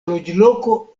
loĝloko